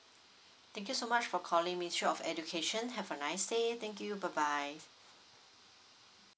thank you so much for calling ministry of education have a nice day thank you bye bye